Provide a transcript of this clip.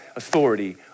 authority